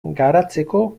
garatzeko